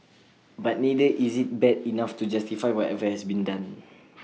but neither is IT bad enough to justify whatever has been done